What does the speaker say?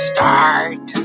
Start